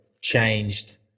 changed